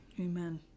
Amen